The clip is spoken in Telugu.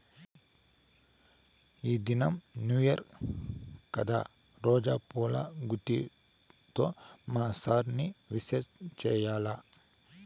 ఈ దినం న్యూ ఇయర్ కదా రోజా పూల గుత్తితో మా సార్ ని విష్ చెయ్యాల్ల